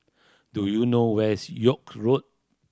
do you know where is York Road